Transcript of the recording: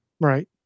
right